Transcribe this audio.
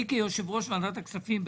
אני כיושב-ראש ועדת הכספים,